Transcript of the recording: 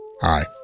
Hi